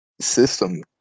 system